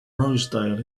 rosedale